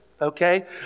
okay